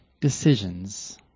decisions